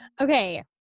Okay